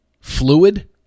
fluid